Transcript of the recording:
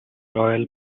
royal